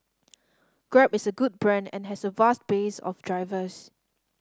grab is a good brand and has a vast base of drivers